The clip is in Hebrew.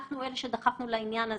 אנחנו הם אלה שדחפנו לעניין הזה.